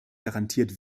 garantiert